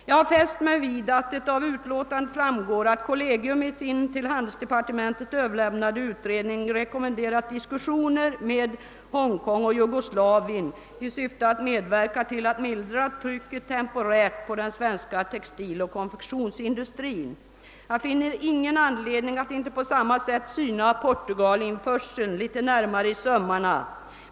Jag har fäst mig vid att det av utlåtandet nr 38 framgår att kommerskollegium i sin till handelsdepartementet överlämnade utredning rekommenderat diskussioner med Hongkong och Jugoslavien i syfte att medverka till att mildra trycket temporärt på den svenska textiloch konfektionsindustrin. Jag finner ingen anledning att inte på samma sätt syna Portugal-införseln litet närmare i sömmarna.